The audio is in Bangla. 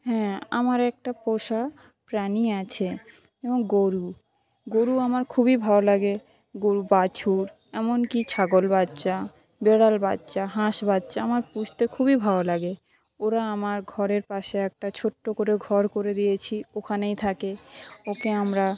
হ্যাঁ আমার একটা পোষা প্রাণী আছে এবং গরু গরু আমার খুবই ভালো লাগে গরু বাছুর এমনকি ছাগল বাচ্চা বেড়াল বাচ্চা হাঁস বাচ্চা আমার পুষতে খুবই ভালো লাগে ওরা আমার ঘরের পাশে একটা ছোট্টো করে ঘর করে দিয়েছি ওখানেই থাকে ওকে আমরা